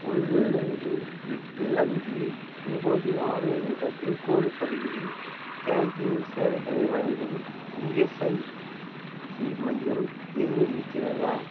ஒன்று ரெண்டு எட்டு அஞ்சு ஒம்பது நாலு என்ற பின்கோடு பகுதியில் கேண்டின் சேவைகளை வழங்கும் இஎஸ்ஐசி மையம் எதுவும் இருக்கிறதா